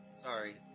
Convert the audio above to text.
Sorry